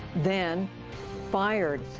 then fired.